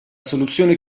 soluzione